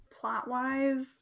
Plot-wise